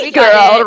girl